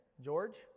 George